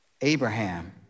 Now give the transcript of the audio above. Abraham